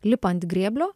lipa ant grėblio